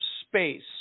space